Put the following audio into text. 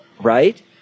right